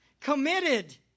committed